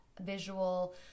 visual